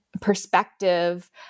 perspective